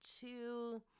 two